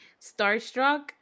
starstruck